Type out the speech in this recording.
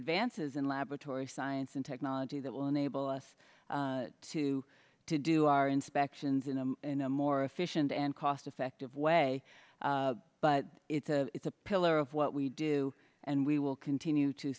advances in laboratory science and technology that will enable us to to do our inspections in a in a more efficient and cost effective way but it's a it's a pillar of what we do and we will continue to